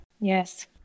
Yes